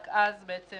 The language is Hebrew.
רק אז בעצם